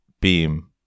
beam